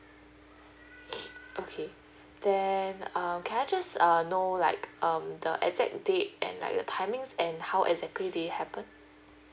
okay then um can I just err know like um the exact date and like the timings and how exactly they happened